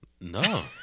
No